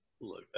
look